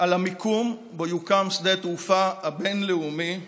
על המיקום שבו יוקם שדה תעופה בין-לאומי נוסף.